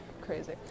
crazy